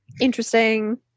interesting